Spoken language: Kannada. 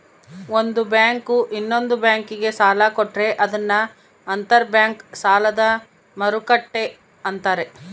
ಒಂದು ಬ್ಯಾಂಕು ಇನ್ನೊಂದ್ ಬ್ಯಾಂಕಿಗೆ ಸಾಲ ಕೊಟ್ರೆ ಅದನ್ನ ಅಂತರ್ ಬ್ಯಾಂಕ್ ಸಾಲದ ಮರುಕ್ಕಟ್ಟೆ ಅಂತಾರೆ